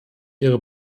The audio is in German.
ihre